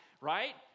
Right